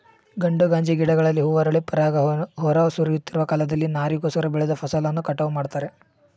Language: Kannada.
ಗಂಡು ಗಾಂಜಾ ಗಿಡಗಳಲ್ಲಿ ಹೂ ಅರಳಿ ಪರಾಗ ಹೊರ ಸುರಿಯುತ್ತಿರುವ ಕಾಲದಲ್ಲಿ ನಾರಿಗೋಸ್ಕರ ಬೆಳೆದ ಫಸಲನ್ನು ಕಟಾವು ಮಾಡ್ತಾರೆ